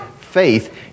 faith